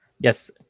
Yes